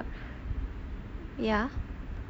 ya